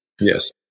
Yes